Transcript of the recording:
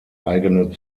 eigene